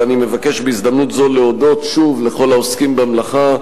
ואני מבקש בהזדמנות זו להודות שוב לכל העוסקים במלאכה.